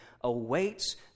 awaits